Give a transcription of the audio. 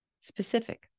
Specific